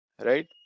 right